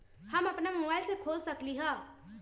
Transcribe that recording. हम अपना मोबाइल से खोल सकली ह?